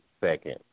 second